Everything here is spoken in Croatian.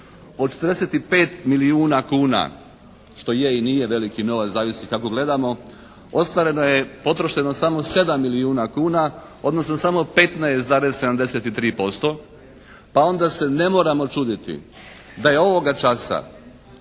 Od 45 milijuna kuna, što je i nije veliki novac, zavisi kako gledamo, ostvareno je, potrošeno je samo 7 milijuna kuna, odnosno samo 15,73%, pa onda se ne moramo čuditi da je ovoga časa